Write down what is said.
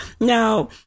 Now